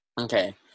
Okay